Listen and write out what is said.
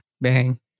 Bang